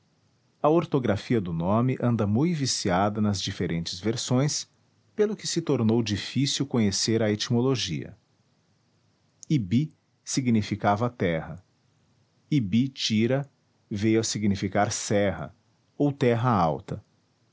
a ortografia do nome anda mui viciada nas diferentes versões pelo que se tornou difícil conhecer a etimologia iby significava terra iby tira veio a significar serra ou terra alta